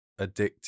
addictive